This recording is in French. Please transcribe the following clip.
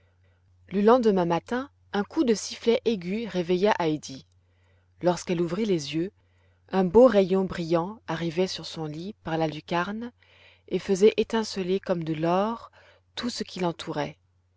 le lendemain matin un coup de sifflet aigu réveilla heidi lorsqu'elle ouvrit les yeux un beau rayon brillant arrivait sur son lit par la lucarne et faisait étinceler comme de l'or tout ce qui l'entourait